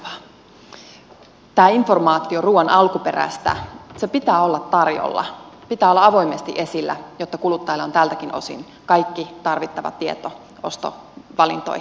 tämän informaation ruuan alkuperästä pitää olla tarjolla pitää olla avoimesti esillä jotta kuluttajalla on tältäkin osin kaikki tarvittava tieto ostovalintoihin olemassa